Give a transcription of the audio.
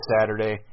Saturday